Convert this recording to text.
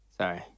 Sorry